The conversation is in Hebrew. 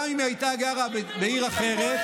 גם אם היא הייתה גרה בעיר אחרת,